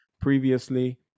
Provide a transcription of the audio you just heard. previously